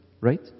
right